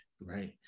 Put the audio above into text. Right